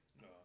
No